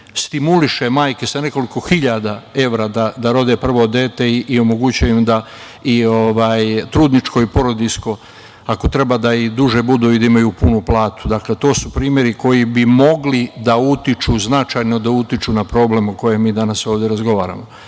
stimuliše majke sa nekoliko hiljada evra da rode prvo dete i omogućuje im da i trudničko i porodiljsko ako treba da i duže budu i da imaju prvu platu. To su primeri koji bi mogli da utiču, značajno da utiču na problem o kojem mi danas ovde razgovaramo. Došli